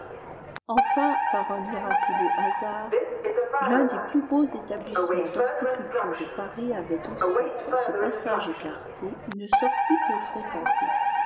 enfin par un miraculeux hasard l'un des plus beaux établissements d'horticulture de paris avait aussi dans ce passage écarté une sortie peu fréquentée